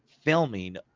filming